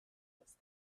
was